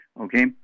Okay